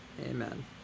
Amen